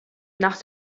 nach